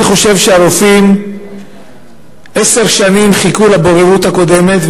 אני חושב שהרופאים חיכו עשר שנים לבוררות הקודמת,